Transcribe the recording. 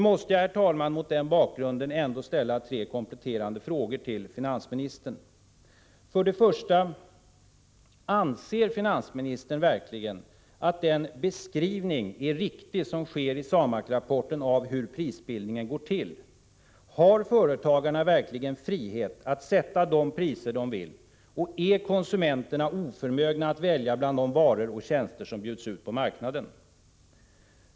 Mot denna bakgrund måste jag, herr talman, ställa tre kompletterande frågor till finansministern: För det första: Anser finansministern verkligen att den beskrivning av hur prisbildningen går till som görs i SAMAK-rapporten är riktig? Har företagarna frihet att sätta de priser de vill, och är konsumenterna oförmögna att välja bland de varor och tjänster som bjuds ut på marknaden?